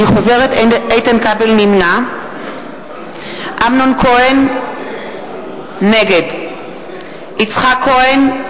נמנע אמנון כהן, נגד יצחק כהן,